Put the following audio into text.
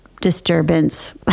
disturbance